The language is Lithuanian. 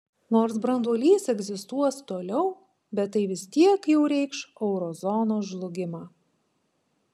nors branduolys egzistuos toliau bet tai vis tiek jau reikš euro zonos žlugimą